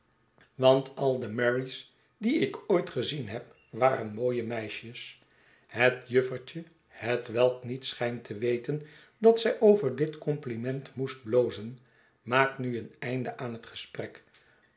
want al de mary's die ik ooit gezien heb waren mooie meisjes het juffertje hetwelk niet schijnt te weten dat zij over dit compliment moest blozen maakt nu een einde aan het gesprek